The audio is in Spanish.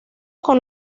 con